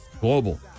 Global